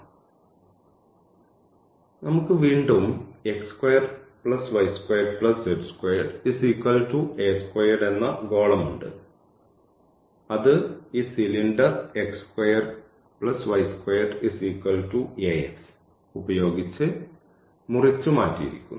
അതിനാൽ നമുക്ക് വീണ്ടും എന്ന ഗോളമുണ്ട് അത് ഈ സിലിണ്ടർ ഉപയോഗിച്ച് മുറിച്ചുമാറ്റിയിരിക്കുന്നു